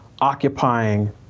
occupying